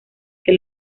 que